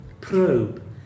probe